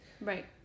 Right